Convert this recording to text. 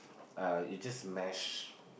uh you just mash